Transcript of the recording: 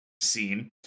scene